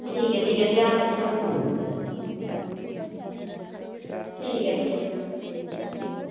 ठीक ऐ ठीक ऐ ध्यान रक्खेओ ठीक ऐ फ्ही